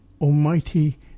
almighty